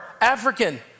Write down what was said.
African